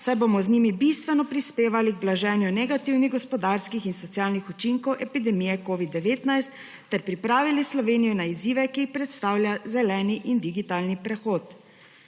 saj bomo z njimi bistveno prispevali k blaženju negativnih gospodarskih in socialnih učinkov epidemije covida-19 ter pripravili Slovenijo na izzive, ki jih predstavlja zeleni in digitalni prehod.